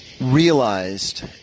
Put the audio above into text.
realized